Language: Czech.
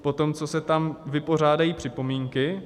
Potom, co se tam vypořádají připomínky.